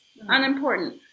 Unimportant